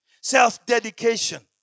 Self-dedication